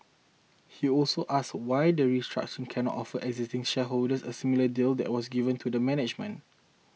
he also asked why the restructuring cannot offer existing shareholders a similar deal there was given to the management